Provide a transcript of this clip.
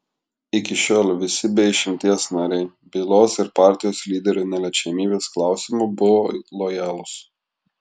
iki šiol visi be išimties nariai bylos ir partijos lyderių neliečiamybės klausimu buvo lojalūs